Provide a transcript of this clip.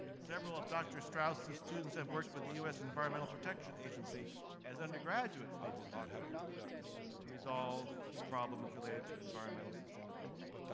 several of dr. straus' students have worked with the u s. environmental protection agency as undergraduates they did that work to resolve problems related to environmental sustainability.